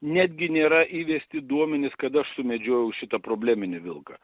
netgi nėra įvesti duomenys kad aš sumedžiojau šitą probleminį vilką